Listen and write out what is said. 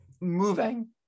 moving